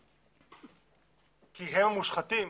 כי הם מושחתים,